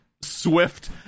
swift